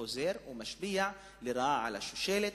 וחוזר ומשפיע לרעה על השושלת.